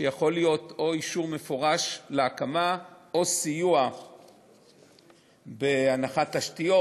ויכול להיות או אישור מפורש להקמה או סיוע בהנחת תשתיות,